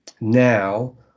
now